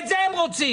את זה הם רוצים.